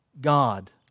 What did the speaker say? God